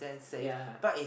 yea